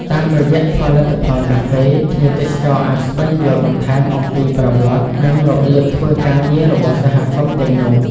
តាមរយៈផលិតផលកាហ្វេ ភ្ញៀវទេសចរអាចស្វែងយល់បន្ថែមអំពីប្រវត្តិ និងរបៀបធ្វើការងាររបស់សហគមន៍ទាំងនោះ។